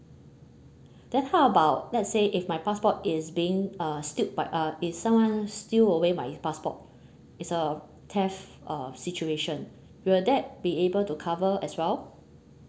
then how about let's say if my passport is being uh by uh if someone steal away my passport is a theft uh situation will that be able to cover as well